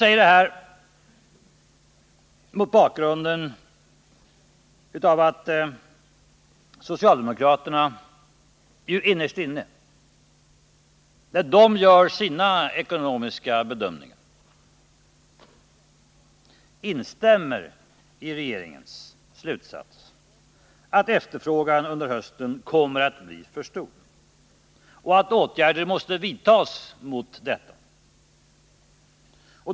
ser detta mot bakgrund av att socialdemokraterna innerst inne, när de gör sina ekonomiska bedömningar, instämmer i regeringens slutsats att efterfrågan under hösten kommer att bli för stor och att åtgärder måste vidtas mot detta.